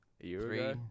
three